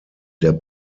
der